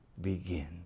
begin